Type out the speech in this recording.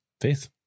faith